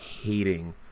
hating